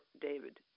David